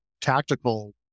tactical